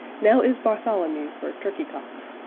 now is bartholomew for turkeycocks,